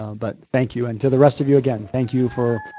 but thank you. and to the rest of you, again, thank you for